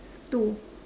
two